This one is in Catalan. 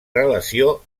relació